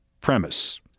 premise